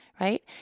right